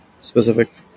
specific